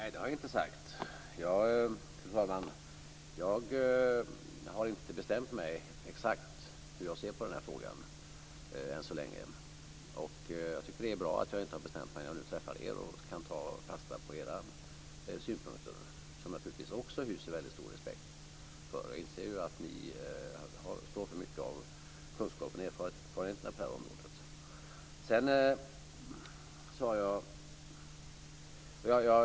Fru talman! Nej, det har jag inte sagt. Jag har inte exakt bestämt mig för hur jag ser på den här frågan än så länge. Jag tycker att det är bra att jag inte har bestämt mig när jag nu träffar er och kan ta fasta på era synpunkter, som jag naturligtvis också hyser väldigt stor respekt för. Jag inser ju att ni står för mycket av kunskapen och erfarenheten på det här området.